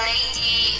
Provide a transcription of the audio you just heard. Lady